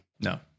no